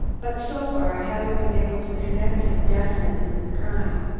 but so far i haven't been able to connect him definitely with the crime.